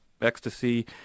ecstasy